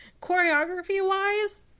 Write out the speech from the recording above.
Choreography-wise